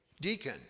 Deacon